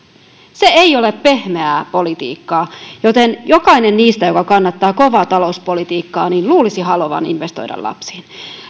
se ei ole pehmeää politiikkaa joten jokaisen niistä jotka kannattavat kovaa talouspolitiikkaa luulisi haluavan investoida lapsiin